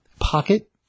pocket